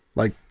like,